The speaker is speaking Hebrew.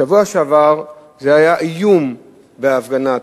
בשבוע שעבר זה היה איום, בהפגנת